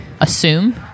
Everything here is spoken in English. assume